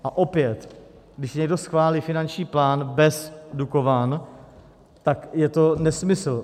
A opět, když někdo schválí finanční plán bez Dukovan, tak je to nesmysl.